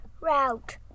route